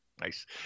Nice